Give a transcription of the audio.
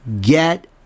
get